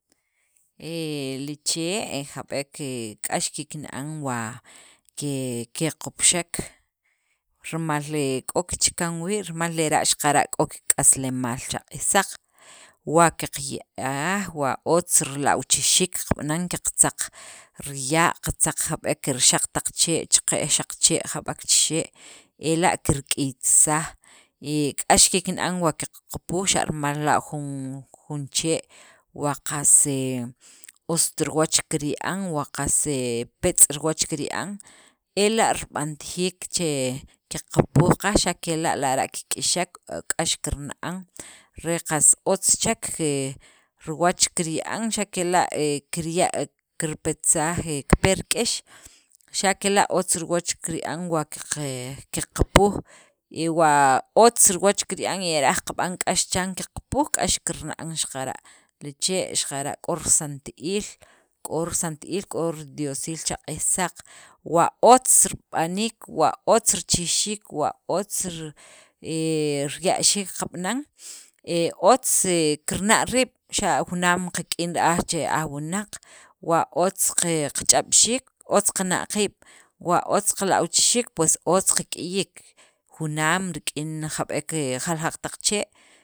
Ee li chee' jab'ek he k'ax kikna' he an wa ke kequpxek, rimal k'o kichakan wii', rimal lera' xaqara' k'o kik'aslemaal cha q'iij saq, wa qaqiya'aj, wa otz rilawchixiik kab'anan, qaqtzaq riya', qatzaq jab'ek rixaq taq chee' cheqe'j xaq chee' jab'ek chixe' ela' kirk'iytisaj, k'ax kikna'an wa qaqapuj, xa' rimal jun chee' wa qas he otzt riwach kirya'an, wa qas peetz' riwach kirya'an, ela' rib'antajiik che he qaqapujqaj xa' kela' lara' kik'ixek k'ax kirna'an, re qas otz chek he riwach kirya'an, xa' kela' kirya', kirpetsaj kipe rik'ex, xa' kela' otz riwach kirya'an, wa qeqe, qaqapuj y wa otz riwach kirya'an y ra'aj qab'an k'ax chiran qaqapujqaj xaqara' k'ax kirna' li chee', k'o risanti'iil, k'o risanti'iil k'o ridiosiil cha q'iij saq wa otz rib'aniik, wa otz richijxiik wa otz ri he riye'xiik kab'anan, he otz he kirna' riiib', xa' junaam qak'in ra'aj che aj wunaq wa otz qach'ab'xiik otz qana' qiib', wa otz qalawchixiik otz qak'iyiik junaam rik'in jab'ek jaljaq taq chee'.